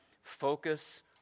Focus